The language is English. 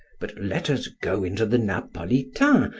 but let us go into the napolitain,